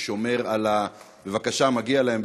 ששומר על, בבקשה, מגיע להם.